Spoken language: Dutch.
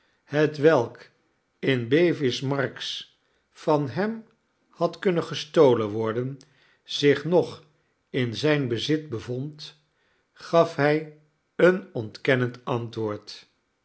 hetwelk in bevis marks van hem had kunnen gestolen worden zich nog in zijn bezit bevond gaf hij een ontkennend antwoord